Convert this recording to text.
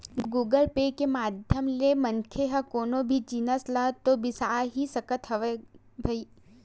Google Pay के माधियम ले मनखे ह कोनो भी जिनिस ल तो बिसा ही सकत हवय भई